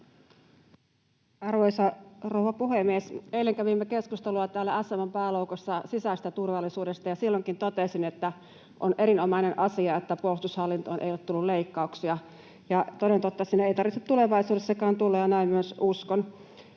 Arvoisa rouva puhemies! Eilen kävimme keskustelua täällä SM:n pääluokassa sisäisestä turvallisuudesta, ja silloinkin totesin, että on erinomainen asia, että puolustushallintoon ei ole tullut leikkauksia, ja toden totta siihen ei tarvitse tulevaisuudessakaan tulla, ja näin myös uskon.